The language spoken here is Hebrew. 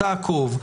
תעקוב.